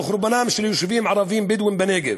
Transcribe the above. על חורבנם של יישובים ערביים בדואיים בנגב.